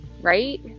Right